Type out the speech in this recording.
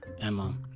Emma